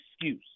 excuse